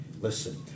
Listen